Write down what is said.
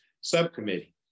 Subcommittee